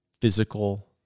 physical